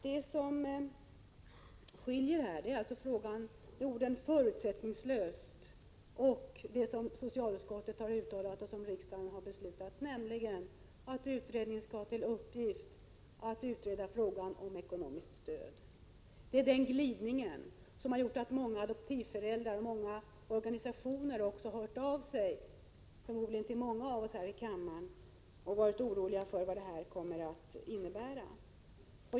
Det som skiljer är alltså ordet ”förutsättningslös” och det som socialutskottet har uttalat och riksdagen beslutat, nämligen att utredningen skall ha till uppgift att utreda frågan om ekonomiskt stöd. Det är denna glidning som har gjort att många adoptivföräldrar och även många organisationer har hört av sig, förmodligen till många av oss här i kammaren, och varit oroliga för vad det här kommer att innebära.